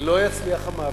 לא יצליח המאבק.